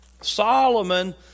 Solomon